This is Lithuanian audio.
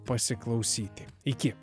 pasiklausyti iki